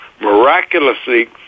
miraculously